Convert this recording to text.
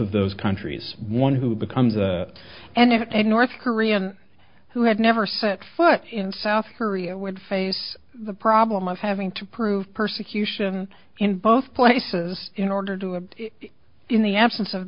of those countries one who becomes a and if a north korean who had never set foot in south korea would face the problem of having to prove persecution in both places in order to obtain in the absence of